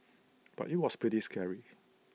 but IT was pretty scary